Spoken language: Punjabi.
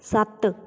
ਸੱਤ